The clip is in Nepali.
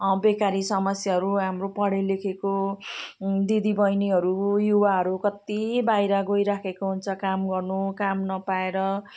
बेकारी समस्याहरू हाम्रो पढेलेखेको दिदीबहिनीहरू युवाहरू कत्ति बाहिर गइरहेको हुन्छ काम गर्नु काम नपाएर